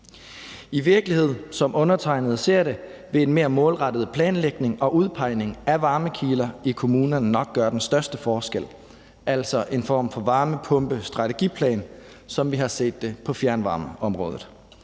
I virkeligheden vil, som undertegnede ser det, en mere målrettet planlægning og udpegning af varmekilder i kommunerne – altså en form for varmepumpestrategiplan, som vi har set det på fjernvarmeområdet